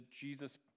Jesus